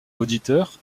auditeurs